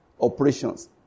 operations